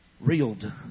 reeled